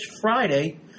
Friday